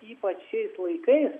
ypač šiais laikais